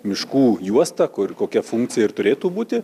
miškų juosta kuri kokia funkcija ir turėtų būti